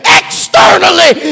externally